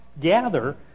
gather